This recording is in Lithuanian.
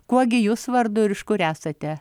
kuo gi jūs vardu ir iš kur esate